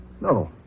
No